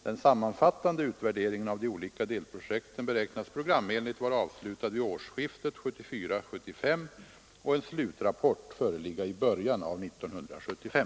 Den sammanfattande utvärderingen av de olika delprojekten beräknas programenligt vara avslutad vid årsskiftet 1974—1975 och en slutrapport föreligga i början av 1975.